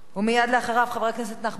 מייד אחריו, חבר הכנסת נחמן שי.